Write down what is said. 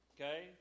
Okay